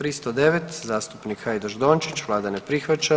309. zastupnik Hajdaš Dončić, vlada ne prihvaća.